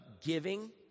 giving